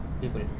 people